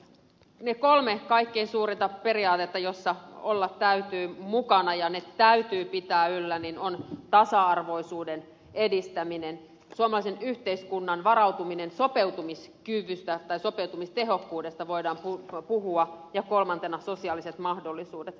ne kolme kaikkein suurinta periaatetta joissa täytyy olla mukana ja jotka täytyy pitää yllä ovat tasa arvoisuuden edistäminen suomalaisen yhteiskunnan varautuminen sopeutumiskyvystä tai sopeutumistehokkuudesta voidaan puhua ja kolmantena sosiaaliset mahdollisuudet